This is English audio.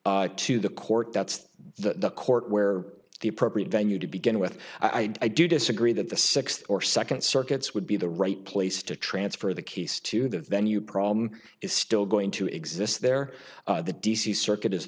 to the court that's the court where the appropriate venue to begin with i do disagree that the sixth or second circuits would be the right place to transfer the case to the venue problem is still going to exist there the d c circuit